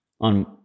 on